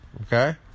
Okay